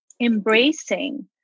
embracing